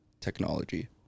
technology